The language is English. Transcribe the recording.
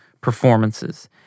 performances